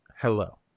hello